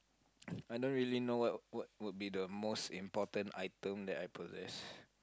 I don't really know what what would be the most important item that I possess